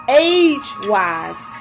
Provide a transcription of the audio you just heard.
age-wise